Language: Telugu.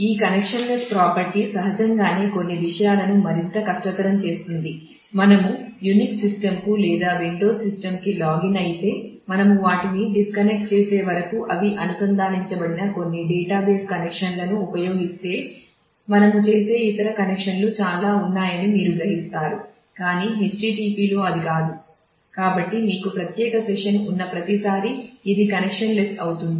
ఈ కనెక్షన్ లెస్ ప్రాపర్టీ ఉన్న ప్రతిసారీ ఇది కనెక్షన్ లెస్ అవుతుంది